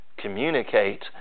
Communicate